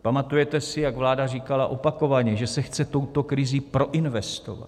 Pamatujete si, jak vláda říkala opakovaně, že se chce touto krizí proinvestovat?